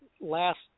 last